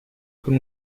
con